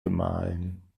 gemahlen